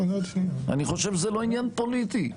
אני חושב שזה לא עניין פוליטי.